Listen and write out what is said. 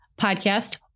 podcast